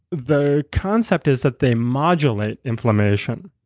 the concept is that they modulate inflammation.